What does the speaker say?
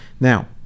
now